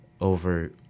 over